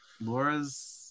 laura's